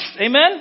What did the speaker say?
Amen